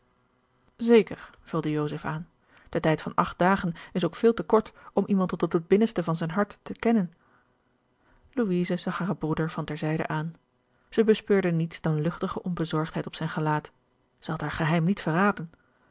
zeker vulde joseph aan de tijd van acht dagen is ook veel te kort om iemand tot op het binnenste van zijn hart te kennen louise zag haren broeder van ter zijde aan zij bespeurde niets dan luchtige onbezorgdheid op zijn gelaat zij had haar geheim niet verraden